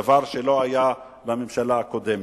דבר שלא היה בממשלה הקודמת.